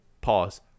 pause –